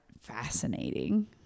Fascinating